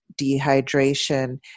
dehydration